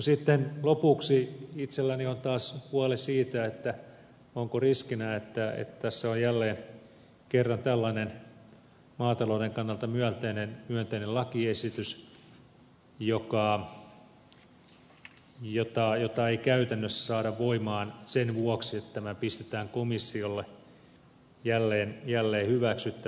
sitten lopuksi itselläni on taas huoli siitä onko riskinä että tässä on jälleen kerran maatalouden kannalta myönteinen lakiesitys jota ei käytännössä saada voimaan sen vuoksi että tämä pistetään komissiolle jälleen hyväksyttäväksi